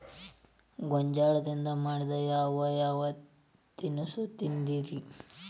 ಜೋಳದಿಂದ ಮಾಡಿದ ಯಾವ್ ಯಾವ್ ತಿನಸು ತಿಂತಿರಿ?